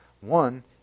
One